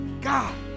God